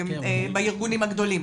ולא בארגונים הגדולים,